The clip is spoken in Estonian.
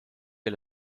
oli